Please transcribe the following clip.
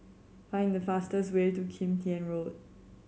find the fastest way to Kim Tian Road